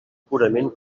purament